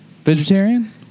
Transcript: Vegetarian